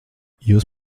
jūs